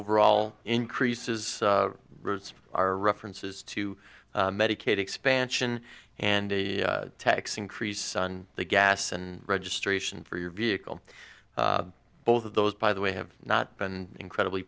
overall increases roots are references to medicaid expansion and a tax increase on the gas and registration for your vehicle both of those by the way have not been incredibly